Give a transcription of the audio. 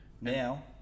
Now